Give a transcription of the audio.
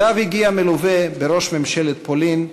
שאליו הגיע מלווה בראש ממשלת פולין,